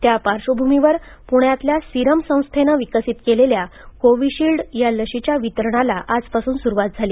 त्या पार्श्वभूमीवर पुण्यातल्या सीरम संस्थेनं विकसित केलेल्या कोव्हीशिल्ड या लशीच्या वितरणाला आजपासून सुरुवात झाली